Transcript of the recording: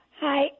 Hi